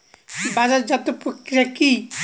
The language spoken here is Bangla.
বাজারজাতও প্রক্রিয়া কি?